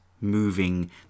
Moving